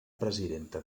presidenta